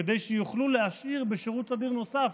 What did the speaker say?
כדי שיוכלו להשאיר בשירות סדיר נוסף,